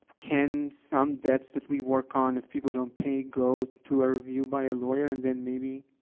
can some debts that we work on, if people don't pay, go to a review by a lawyer and then maybe,